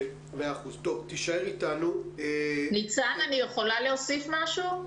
אני יכולה להוסיף משהו?